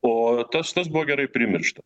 o tas tas buvo gerai primiršta